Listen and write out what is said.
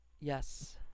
Yes